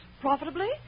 Profitably